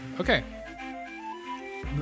okay